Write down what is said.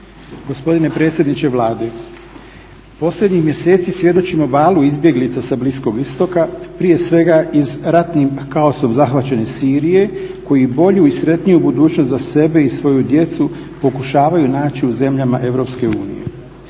Gospodine predsjedniče Vlade posljednjih mjeseci svjedočimo valu izbjeglica sa Bliskog istoka prije svega iz ratnih kaosom zahvaćene Sirije koji bolju i sretniju budućnost za sebe i svoju djecu pokušavaju naći u zemljama EU.